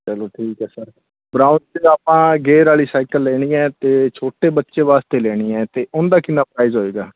ਚਲੋ ਠੀਕ ਹੈ ਸਰ ਬਰਾਊਨ 'ਚ ਆਪਾਂ ਗੇਅਰ ਵਾਲੀ ਸਾਈਕਲ ਲੈਣੀ ਹੈ ਅਤੇ ਛੋਟੇ ਬੱਚੇ ਵਾਸਤੇ ਲੈਣੀ ਹੈ ਅਤੇ ਉਹਦਾ ਕਿੰਨਾ ਪ੍ਰਾਈਜ਼ ਹੋਏਗਾ